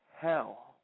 Hell